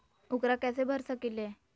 ऊकरा कैसे भर सकीले?